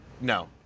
no